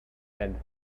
and